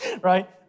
right